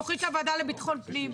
בוועדה לביטחון פנים,